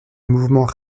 mouvement